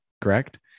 correct